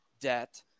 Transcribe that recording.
debt